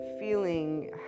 Feeling